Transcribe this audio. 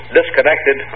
disconnected